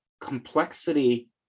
complexity